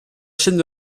chaîne